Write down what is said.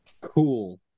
Cool